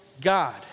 God